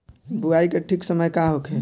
बुआई के ठीक समय का होखे?